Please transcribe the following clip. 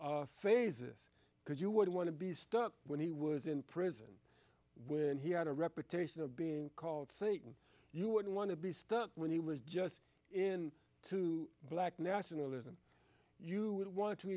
his phases because you would want to be stuck when he was in prison when he had a reputation of being called satan you wouldn't want to be stuck when he was just in to black nationalism you would want to